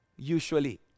Usually